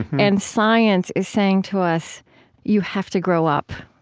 and science is saying to us you have to grow up.